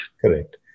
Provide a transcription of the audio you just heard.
Correct